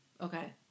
Okay